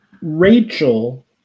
Rachel